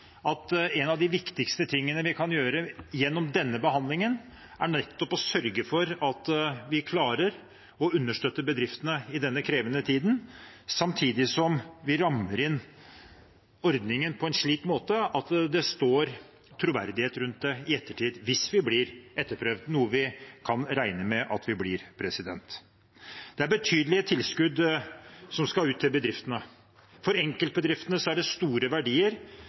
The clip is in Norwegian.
at noe av det viktigste vi kan gjøre gjennom denne behandlingen, er nettopp å sørge for at vi klarer å understøtte bedriftene i denne krevende tiden, samtidig som vi rammer inn ordningen på en slik måte at det skapes troverdighet rundt den i ettertid, hvis vi blir etterprøvd, noe vi kan regne med at vi blir. Det er betydelige tilskudd som skal ut til bedriftene. For enkeltbedriftene handler det om store verdier, og for fellesskapet er det